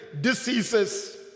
diseases